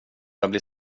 börjar